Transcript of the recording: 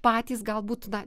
patys galbūt na